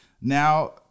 now